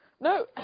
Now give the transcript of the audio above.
No